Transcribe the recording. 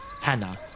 Hannah